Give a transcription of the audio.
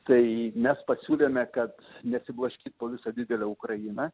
tai mes pasiūlėme kad nesiblaškyt po visą didelę ukrainą